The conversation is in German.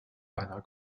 einer